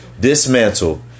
dismantle